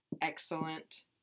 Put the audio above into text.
excellent